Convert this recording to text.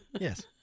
Yes